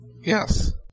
Yes